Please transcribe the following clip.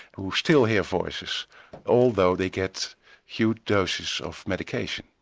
who still hear voices although they get huge doses of medication.